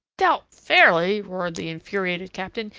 dealt fairly? roared the infuriated captain.